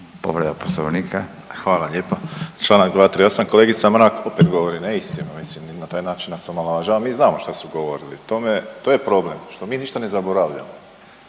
Josip (HDZ)** Hvala lijepa. Čl. 238. kolegica Mrak opet govori neistinu, mislim na i na taj način nas omalovažava, mi znamo što su govorili to je problem što mi ništa ne zaboravljamo